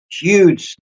huge